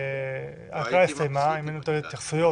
אין סיכוי.